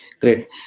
Great